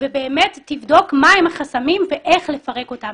ובאמת תבדוק מה הם החסמים ואיך לפרק אותם.